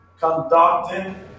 conducting